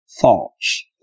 thoughts